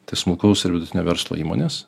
tai smulkaus ir vidutinio verslo įmonės